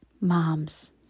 moms